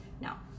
Now